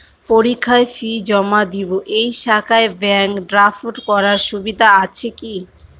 পরীক্ষার ফি জমা দিব এই শাখায় ব্যাংক ড্রাফট করার সুবিধা আছে কি?